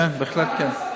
בכלל, אדוני?